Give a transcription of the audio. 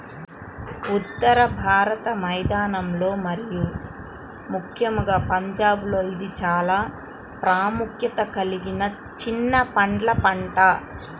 ఉత్తర భారత మైదానాలలో మరియు ముఖ్యంగా పంజాబ్లో ఇది చాలా ప్రాముఖ్యత కలిగిన చిన్న పండ్ల పంట